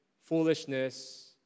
foolishness